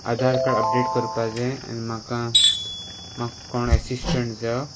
आधार card update करपा जाय आनी म्हाका म्हाका कोण एसिस्टंट जायो